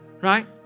right